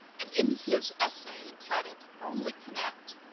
and, in his essay entitled, only connect.